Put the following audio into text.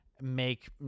make